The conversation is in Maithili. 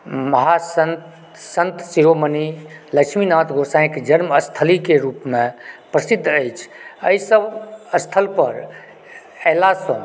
महासंत संत शिरोमणि लक्ष्मीनाथ गोसाईंके जन्मस्थलीके रूपमे प्रसिद्ध अछि एहि सब स्थल पर एलासंँ